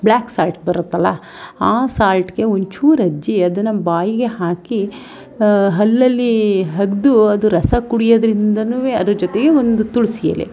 black salt ಬರುತ್ತಲ್ಲ ಆ ಸಾಲ್ಟಿಗೆ ಒಂಚೂರು ಅದ್ದಿ ಅದನ್ನು ಬಾಯಿಗೆ ಹಾಕಿ ಹಲ್ಲಲ್ಲಿ ಅಗ್ದು ಅದು ರಸ ಕುಡಿಯೋದ್ರಿಂದನೂ ಅದ್ರ ಜೊತೆಗೆ ಒಂದು ತುಳಸಿ ಎಲೆ